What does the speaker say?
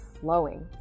flowing